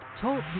Talk